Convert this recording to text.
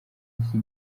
iki